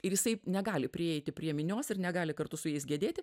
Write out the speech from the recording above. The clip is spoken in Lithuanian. ir jisai negali prieiti prie minios ir negali kartu su jais gedėti